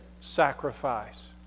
sacrifice